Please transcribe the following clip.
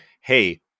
hey